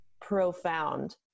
profound